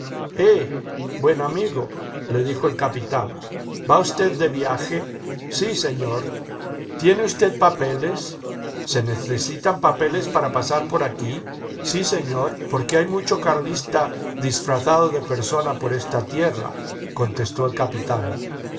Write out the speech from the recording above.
buen amigo le dijo el capitán iva usted de viaje sí señor loi tiene usted papeles se necesitan papeles para pasar por aquí sí señor porque hay mucho carlista disfrazado de persona por esta tierra contesto el capitán